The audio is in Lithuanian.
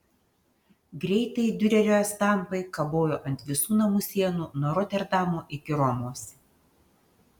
greitai diurerio estampai kabojo ant visų namų sienų nuo roterdamo iki romos